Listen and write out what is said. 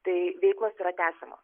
tai veiklos yra tęsiamos